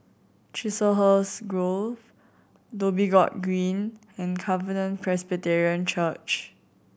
Chiselhurst Grove Dhoby Ghaut Green and Covenant Presbyterian Church